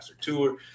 Tour